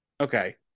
Okay